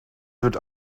wird